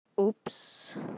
Oops